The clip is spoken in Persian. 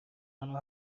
آنها